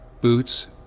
boots